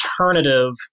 alternative